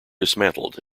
dismantled